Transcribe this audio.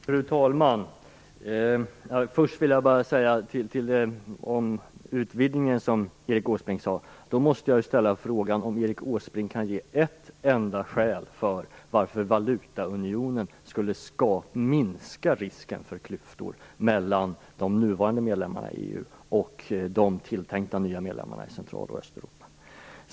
Fru talman! Först vill säga något om utvidgningen som Erik Åsbrink talade om. Jag måste ställa frågan om Erik Åsbrink kan ge ett enda skäl för synen att valutaunionen skulle minska risken för klyftor mellan de nuvarande medlemmarna i EU och de tilltänkta nya medlemmarna i Central och Östeuropa?